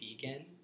vegan